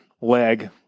leg